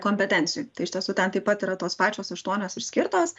kompetencijų tai iš tiesų ten taip pat yra tos pačios aštuonios išskirtos